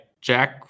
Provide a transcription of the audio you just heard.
Jack